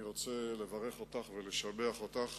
אני רוצה לברך אותך ולשבח אותך,